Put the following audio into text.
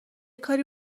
کاری